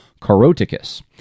Caroticus